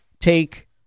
take